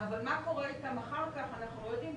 אבל מה קורה איתם אחר כך אנחנו לא יודעים,